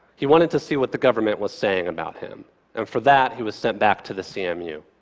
he wanted to see what the government was saying about him, and for that he was sent back to the cmu.